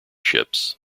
ships